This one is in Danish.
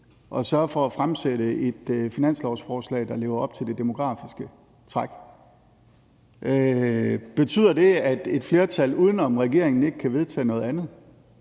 at sørge for, at der fremsættes et finanslovsforslag, der lever op til det demografiske træk. Betyder det, at et flertal uden om regeringen ikke kan vedtage noget andet?